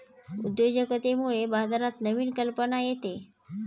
उद्योजकतेमुळे बाजारात नवीन कल्पना येते